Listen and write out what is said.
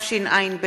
התשע”ב